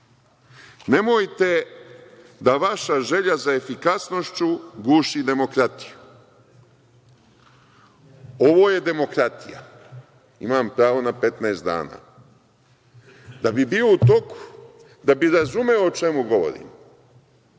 Nemojte da vaša želja za efikasnošću guši demokratiju. Ovo je demokratija, imam pravo na 15 dana, da bih bio u toku, da bih razumeo čemu govori.